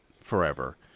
forever